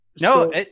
No